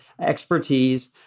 expertise